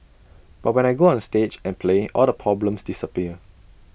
but when I go onstage and play all the problems disappear